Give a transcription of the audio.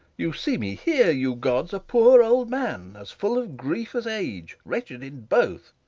you see me here, you gods, a poor old man, as full of grief as age wretched in both!